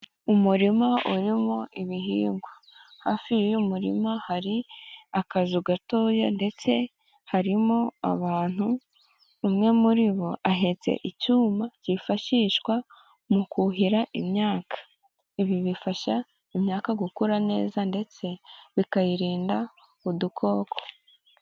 Umurima urimo ibihingwa, hafi y'umurima hari akazu gatoya, ndetse harimo abantu, umwe muri bo ahetse icyuma cyifashishwa mu kuhira imyaka, ibi bifasha imyaka gukura neza, ndetse bikayirinda udukoko.